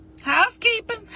housekeeping